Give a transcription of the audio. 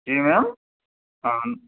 جی میم اۭں